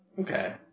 Okay